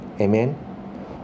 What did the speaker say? Amen